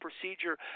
procedure